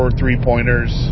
three-pointers